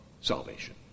salvation